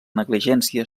negligència